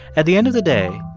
at the end of the day,